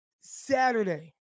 Saturday